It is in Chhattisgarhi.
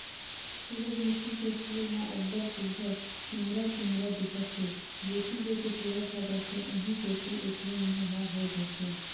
सूरजमूखी के फूल ह अब्ब्ड़ सुग्घर पिंवरा पिंवरा दिखत हे, जेती जेती सूरज ह जाथे उहीं कोती एखरो मूँह ह हो जाथे